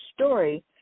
story